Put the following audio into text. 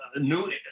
new